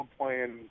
playing